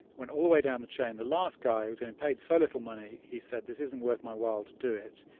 went all the way down the chain. the last guy was getting paid so little money, he said, this isn't worth my while to do it.